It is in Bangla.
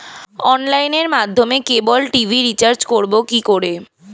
অনলাইনের মাধ্যমে ক্যাবল টি.ভি রিচার্জ করব কি করে?